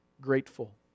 grateful